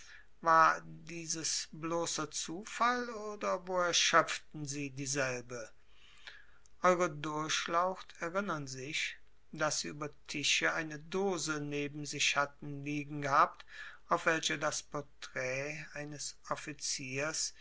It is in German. war dieses bloßer zufall oder woher schöpften sie dieselbe eure durchlaucht erinnern sich daß sie über tische eine dose neben sich hatten liegen gehabt auf welcher das porträt eines offiziers